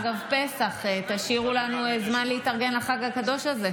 אגב פסח, תשאירו לנו זמן להתארגן לחג הקדוש הזה.